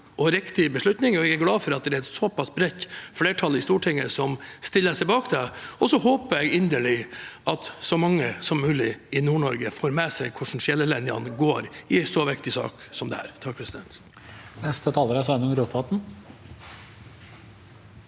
og riktig beslutning, og jeg er glad for at det er et såpass bredt flertall i Stortinget som stiller seg bak det. Jeg håper at så mange som mulig i Nord-Norge får med seg hvordan skillelinjene går i en så viktig sak som denne.